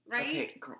Okay